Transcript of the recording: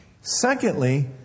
Secondly